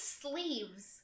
sleeves